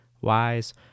wise